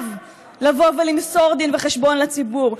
חייב לבוא ולמסור דין וחשבון לציבור.